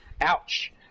ouch